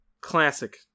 Classic